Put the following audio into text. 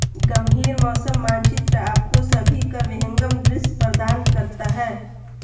गंभीर मौसम मानचित्र आपको सभी का विहंगम दृश्य प्रदान करता है